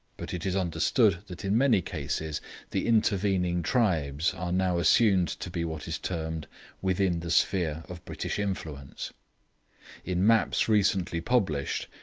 but it is understood that in many cases the intervening tribes are now assumed to be what is termed within the sphere of british influence in maps recently published,